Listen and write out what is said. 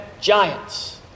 giants